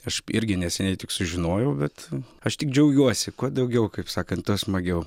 aš irgi neseniai tik sužinojau bet aš tik džiaugiuosi kuo daugiau kaip sakant tuo smagiau